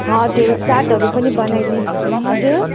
हजुर चाटहरू पनि बनाइदे हजुर